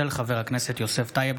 של חבר הכנסת יוסף טייב.